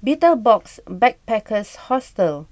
Betel Box Backpackers Hostel